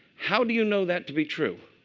how do you know that to be true?